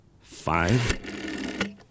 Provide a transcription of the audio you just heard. five